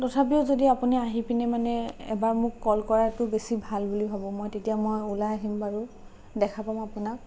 তথাপিও যদি আপুনি আহি পিনে মানে এবাৰ মোক কল কৰাতো বেছি ভাল বুলি ভাবোঁ মই তেতিয়া মই ওলাই আহিম বাৰু দেখা পাম আপোনাক